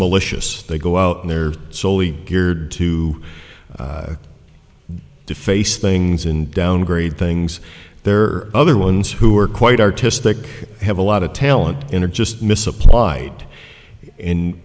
malicious they go out there soley geared to deface things in downgrade things there are other ones who are quite artistic have a lot of talent in are just misapplied in